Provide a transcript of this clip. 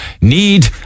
need